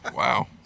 Wow